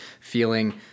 feeling